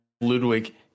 Ludwig